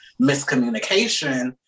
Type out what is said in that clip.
miscommunication